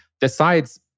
decides